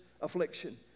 affliction